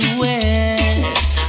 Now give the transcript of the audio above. wet